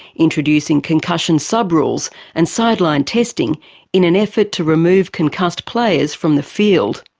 introducing concussion sub-rules and sideline testing in an effort to remove concussed players from the field.